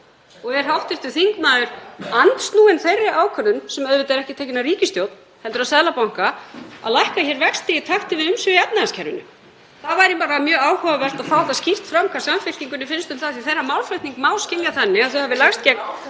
Og er hv. þingmaður andsnúinn þeirri ákvörðun, sem auðvitað er ekki tekin af ríkisstjórn heldur af Seðlabanka, að lækka hér vexti í takti við umsvif í efnahagskerfinu? Það væri bara mjög áhugavert að fá skýrt fram hvað Samfylkingunni finnst um það því að þeirra málflutning má skilja þannig (Gripið fram í.) að þau hafi lagst gegn